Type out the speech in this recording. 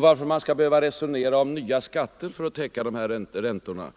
Varför man skall behöva resonera om nya skatter för att täcka räntorna på lån utomlands